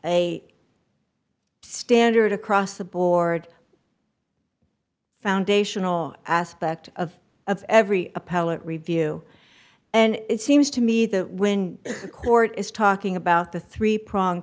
a standard across the board foundational aspect of of every appellate review and it seems to me that when the court is talking about the three prong